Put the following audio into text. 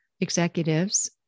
executives